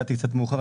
הגעתי קצת מאוחר,